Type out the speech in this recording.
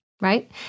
right